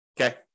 Okay